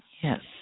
Yes